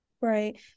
Right